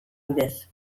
bidez